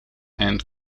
and